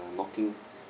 knocking